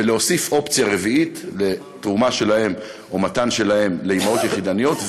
ולהוסיף אופציה רביעית: תרומה שלהם או מתן שלהם לאימהות יחידניות,